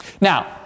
Now